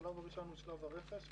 השלב הראשון הוא שלב הרכש,